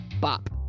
Bop